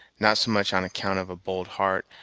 not so much on account of a bold heart,